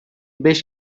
beş